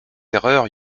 erreurs